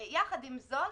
יחד עם זאת,